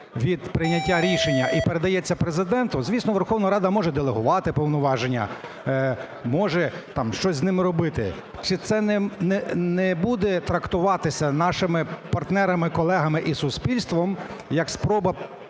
від прийняття рішення і передається Президенту (звісно, Верховна Рада може делегувати повноваження, може там щось з ними робити), чи це не буде трактуватися нашими партнерами-колегами і суспільством як спроба